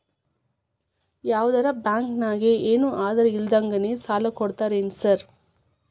ಯಾವದರಾ ಬ್ಯಾಂಕ್ ನಾಗ ಏನು ಆಧಾರ್ ಇಲ್ದಂಗನೆ ಸಾಲ ಕೊಡ್ತಾರೆನ್ರಿ ಸಾರ್?